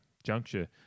Juncture